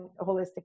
holistic